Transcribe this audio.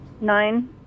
nine